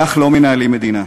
כך לא מנהלים מדינה.